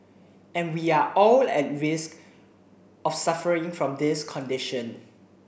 and we all are at risk of suffering from this condition